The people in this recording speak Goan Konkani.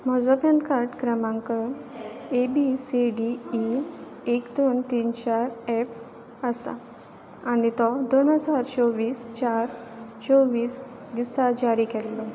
म्हजो पॅन कार्ड क्रमांक A B C D E एक दोन तीन चार ऍफ आसा आनी तो दोन हजार चोवीस चार चोवीस दिसा जारी केल्लो